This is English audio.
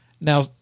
Now